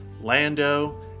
Lando